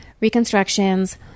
reconstructions